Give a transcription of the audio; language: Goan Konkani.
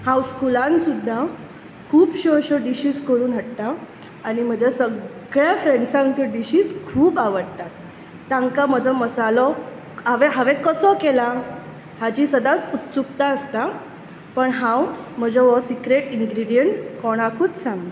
हांव स्कुलान सुद्दां खुबश्यो अशो डिशीज करून हाडटा आनी म्हजा सगळ्या फ्रेन्ड्सांक त्यो डिशीज खूब आवडटा तांकां म्हजो मसालो हांवें हांवें कसो केला हाजी सदांच उत्सुक्ता आसता पुण हांव म्हजो हो सीक्रेट इन्ग्रीडीअन्ट कोणाकूच सांगना